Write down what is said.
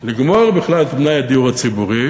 לגמור בכלל את מלאי הדיור ציבורי.